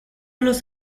los